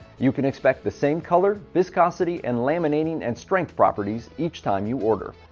you can expect the same color, viscosity, and laminating and strength properties each time you order.